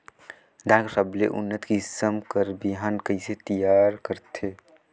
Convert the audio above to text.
धान कर सबले उन्नत किसम कर बिहान कइसे तियार करथे?